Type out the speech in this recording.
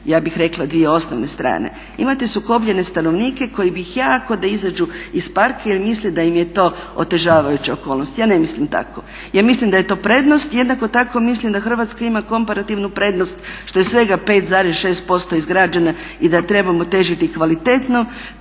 ja bih rekla dvije osnovne strane, imate sukobljene stanovnike koji bi jako da izađu iz parka jer misle da im je to otežavajuća okolnost. Ja ne mislim tako, ja mislim da je to prednost. Jednako tako mislim da Hrvatska ima komparativnu prednost što je svega 5,6% izgrađena i da trebamo težiti kvalitetno